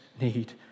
need